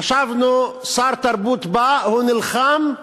חשבנו ששר תרבות בא, נלחם,